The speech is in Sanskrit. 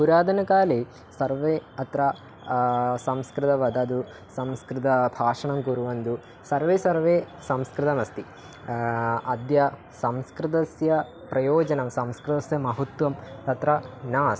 पुरातनकाले सर्वे अत्र संस्कृतं वदन्ति संस्कृतभाषणं कुर्वन्ति सर्वे सर्वे संस्कृतमस्ति अद्य संस्कृतस्य प्रयोजनं संस्कृतस्य महत्वं तत्र नास्ति